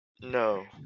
no